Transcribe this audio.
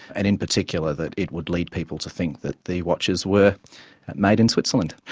and in particular that it would lead people to think that the watches were made in switzerland.